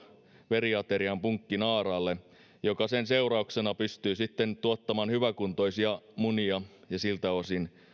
veriaterian punkkinaaraalle joka sen seurauksena pystyy sitten tuottamana hyväkuntoisia munia ja siltä osin